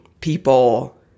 people